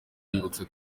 yibutsa